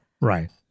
Right